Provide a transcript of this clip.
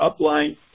upline